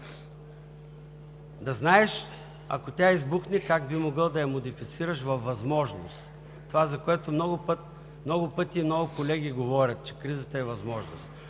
да знаеш, ако тя избухне, как би могъл да я модифицираш във възможност – това, за което много пъти много колеги говорят, че кризата е възможност.